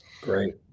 Great